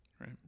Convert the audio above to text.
right